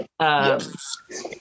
Yes